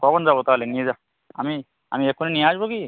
কখন যাব তাহলে নিয়ে যা আমি আমি এক্ষুনি নিয়ে আসবো কি